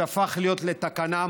שהפך להיות לתקנה,